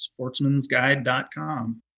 Sportsmansguide.com